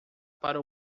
para